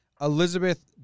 Elizabeth